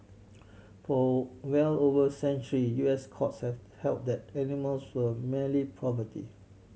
for well over century U S courts have held that animals were merely property